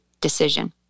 decision